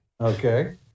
okay